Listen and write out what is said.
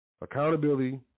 Accountability